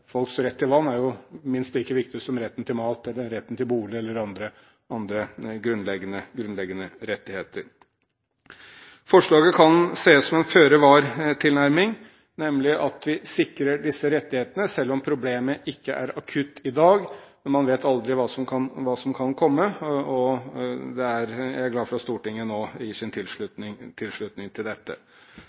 Folks rett til vann er jo minst like viktig som retten til mat, retten til bolig eller andre grunnleggende rettigheter. Forslaget kan ses som en føre-var-tilnærming, nemlig at vi sikrer disse rettighetene, selv om problemet ikke er akutt i dag. Men man vet aldri hva som kan komme, og jeg er glad for at Stortinget nå gir sin tilslutning til dette.